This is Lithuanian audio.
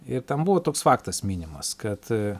ir ten buvo toks faktas minimas kad